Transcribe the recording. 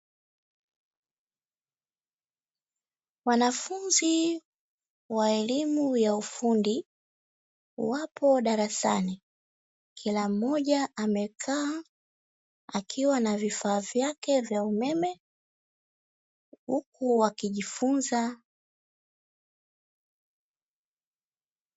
Wanafunzi wa elimu ya ufundi wapo darasani, kila mmoja amekaa akiwa na vifaa vyake vya umeme huku wakijifunza.